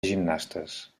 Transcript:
gimnastes